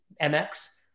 MX